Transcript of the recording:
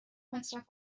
مصرف